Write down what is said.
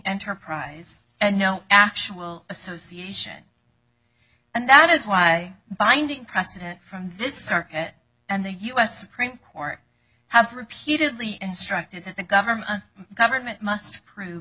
enterprise and no actual association and that is why i binding precedent from this circuit and the u s supreme court have repeatedly instructed that the government government must prove